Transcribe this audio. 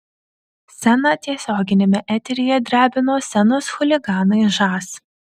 sceną tiesioginiame eteryje drebino scenos chuliganai žas